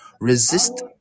resist